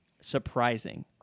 surprising